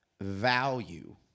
value